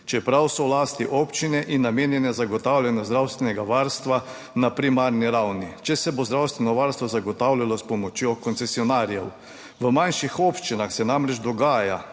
čeprav so v lasti občine in namenjene zagotavljanju zdravstvenega varstva na primarni ravni, če se bo zdravstveno varstvo zagotavljalo s pomočjo koncesionarjev. V manjših občinah se namreč dogaja,